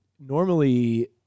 normally